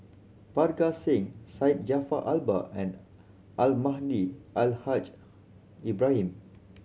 Parga Singh Syed Jaafar Albar and Almahdi Al Haj Ibrahim